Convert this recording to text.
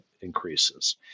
increases